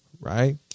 right